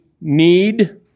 need